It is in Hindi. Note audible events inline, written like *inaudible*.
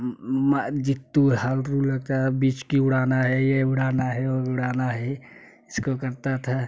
*unintelligible* बिचकी उड़ना है यह उड़ाना है वो उड़ाना है इसको करता था